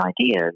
ideas